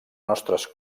nostres